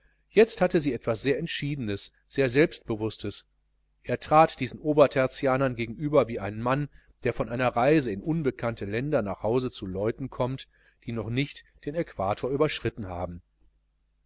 jetzt hatte sie etwas sehr entschiedenes sehr selbstbewußtes er trat diesen obertertianern gegenüber wie ein mann der von einer reise in unbekannte länder nach hause zu leuten kommt die noch nicht den äquator überschritten haben